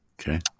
Okay